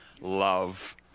love